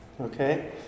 Okay